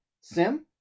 Sim